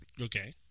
Okay